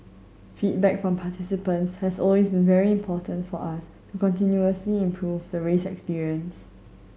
feedback from participants has always been very important for us to continuously improve the race experience